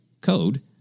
code